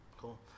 cool